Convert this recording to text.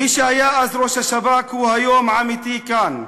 מי שהיה אז ראש השב"כ הוא היום עמיתי כאן.